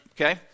Okay